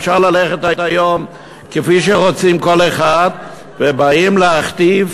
אפשר ללכת היום כפי שרוצים, כל אחד, ובאים להכתיב: